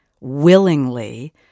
willingly